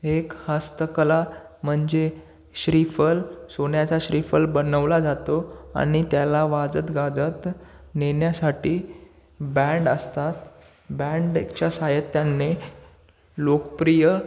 एक हस्तकला म्हणजे श्रीफल सोन्याचा श्रीफल बनवला जातो आणि त्याला वाजत गाजत नेण्यासाठी बँड असतात बँडच्या सायत्यांने लोकप्रिय